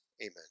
Amen